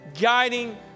guiding